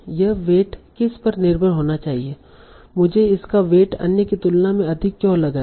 यह वेट किस पर निर्भर होना चाहिए मुझे इसका वेट अन्य की तुलना में अधिक क्यों लग रहा है